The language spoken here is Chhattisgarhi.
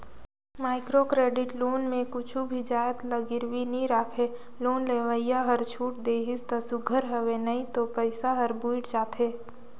माइक्रो क्रेडिट लोन में कुछु भी जाएत ल गिरवी नी राखय लोन लेवइया हर छूट देहिस ता सुग्घर हवे नई तो पइसा हर बुइड़ जाथे